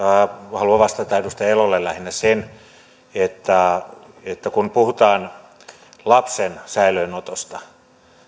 haluan vastata edustaja elolle lähinnä sen että että kun puhutaan lapsen säilöönotosta